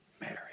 Mary